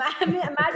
imagine